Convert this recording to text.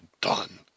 done